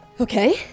Okay